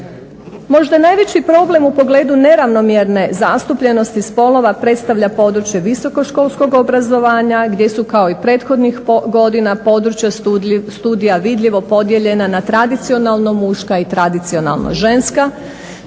Možda najveći problem u pogledu neravnomjerne zastupljenosti spolova predstavlja područje visokoškolskog obrazovanja gdje su kao i prethodnih godina područja studija vidljivo podijeljena na tradicionalno muška i tradicionalno ženska